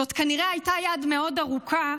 זאת כנראה הייתה יד מאוד ארוכה.